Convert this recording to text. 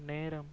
நேரம்